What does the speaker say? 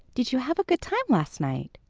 did you have a good time last night?